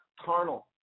carnal